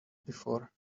before